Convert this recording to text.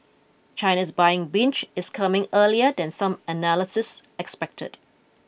China's buying binge is coming earlier than some analysts expected